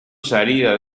salida